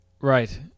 Right